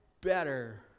better